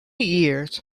years